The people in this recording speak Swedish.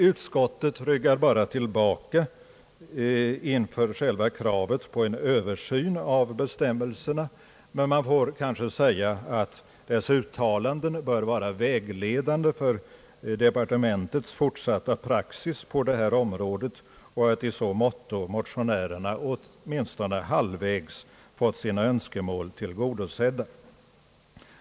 Utskottet ryggar bara tillbaka inför själva kravet på en översyn av bestämmelserna, men man får kanske säga att dess uttalanden bör vara vägledande för departementets fortsatta praxis på detta område och att i så måtto motionärerna åtminstone halvvägs fått sina önskemål tillgodosedda.